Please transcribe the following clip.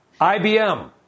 IBM